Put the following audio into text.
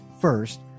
first